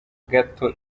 gato